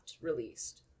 released